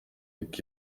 york